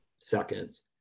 seconds